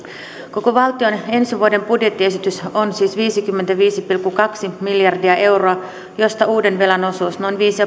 koko valtion ensi vuoden budjettiesitys on siis viisikymmentäviisi pilkku kaksi miljardia euroa mistä uuden velan osuus on noin viisi